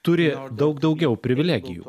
turi daug daugiau privilegijų